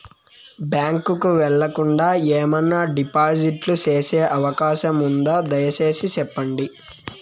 Bank కు వెళ్లకుండా, ఏమన్నా డిపాజిట్లు సేసే అవకాశం ఉందా, దయసేసి సెప్పండి?